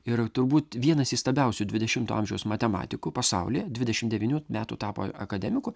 ir turbūt vienas įstabiausių dvidešimto amžiaus matematikų pasaulyje dvidešimt devynių metų tapo akademiku